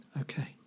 okay